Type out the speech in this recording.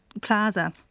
Plaza